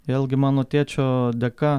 vėlgi mano tėčio dėka